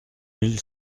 mille